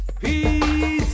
Peace